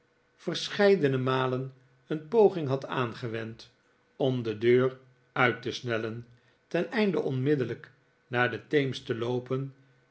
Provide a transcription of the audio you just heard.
verscheidene malen een poging had aangewend om de deur uit te snellen teneinde onmiddellijk naar den theems te loopen